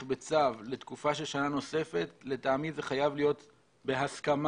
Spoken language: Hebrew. בצו לתקופה של שנה נוספת זה חייב להיות בהסכמת